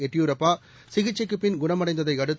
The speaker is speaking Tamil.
எடியூரப்பா சிகிச்சைக்குப் பின் குணமடைந்ததை அடுத்து